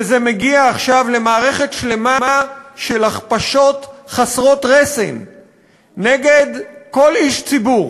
וזה מגיע עכשיו למערכת שלמה של הכפשות חסרות רסן נגד כל איש ציבור